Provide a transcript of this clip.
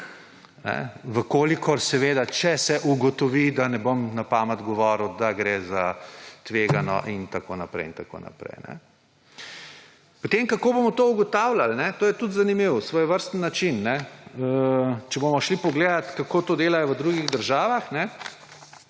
kolikor seveda, če se ugotovi, da ne bom na pamet govoril, da gre za tvegano in tako naprej. Potem, kako bomo to ugotavljali? To je tudi zanimivo, svojevrsten način. Če bomo pogledali, kako to delajo v drugih državah,